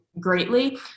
Greatly